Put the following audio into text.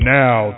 now